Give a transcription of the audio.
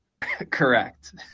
Correct